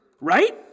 right